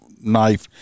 knife